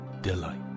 delight